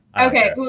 Okay